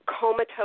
comatose